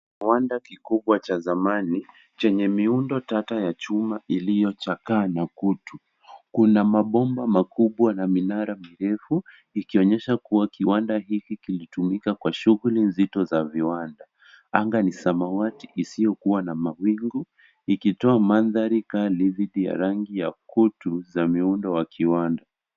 Kiwanda kikubwa cha zamani chenye miundo tata ya chuma iliyochakaa na kutu. Kuna mabomba makubwa na minara mirefu ikionyesha kuwa kiwanda hiki kilitumika kwa shughuli nzito za viwanda. Anga ni samawati isiyokuwa na mawingu likitoa mandhari kali dhidi ya rangi ya kutu za miundo ya kiwanda.